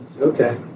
Okay